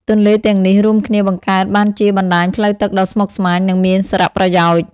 ទន្លេទាំងនេះរួមគ្នាបង្កើតបានជាបណ្តាញផ្លូវទឹកដ៏ស្មុគស្មាញ និងមានសារៈប្រយោជន៍។